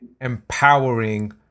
empowering